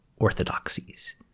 orthodoxies